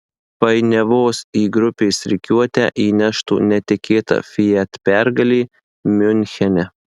painiavos į grupės rikiuotę įneštų netikėta fiat pergalė miunchene